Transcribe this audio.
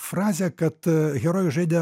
frazė kad herojus žaidė